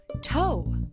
Toe